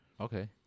Okay